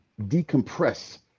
decompress